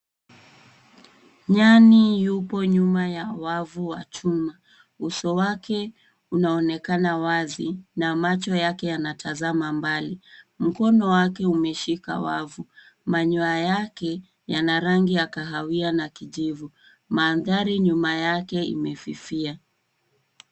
Nyani yupo nyuma ya wavu wa chuma. Uso wake unaonekana wazi na macho yake yanatazama mbali. Mkono wake umeshika wavu. Manyoya yake yana rangi ya kahawia na kijivum. Mandhari nyuma yake imefifia.